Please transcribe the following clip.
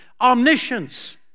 omniscience